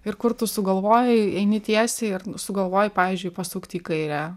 ir kur tu sugalvojai eini tiesiai ir sugalvoji pavyzdžiui pasukti į kairę